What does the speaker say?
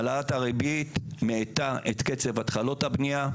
העלאת הריבית מאטה את קצב התחלות הבנייה,